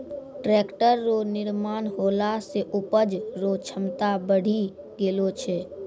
tractor रो निर्माण होला से उपज रो क्षमता बड़ी गेलो छै